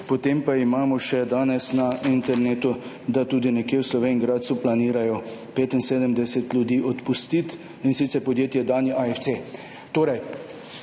potem pa imamo še danes na internetu, da tudi nekje v Slovenj Gradcu planirajo odpustiti 75 ljudi, in sicer podjetje Dani AFC.